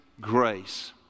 grace